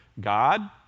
God